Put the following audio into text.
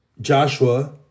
Joshua